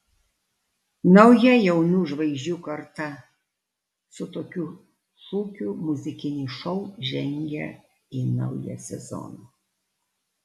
nauja jaunų žvaigždžių karta su tokiu šūkiu muzikinis šou žengia į naują sezoną